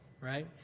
right